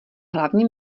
hlavní